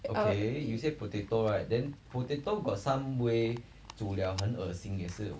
uh